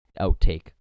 outtake